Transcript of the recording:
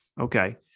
Okay